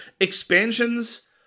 Expansions